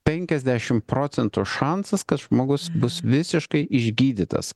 penkiasdešim procentų šansas kad žmogus bus visiškai išgydytas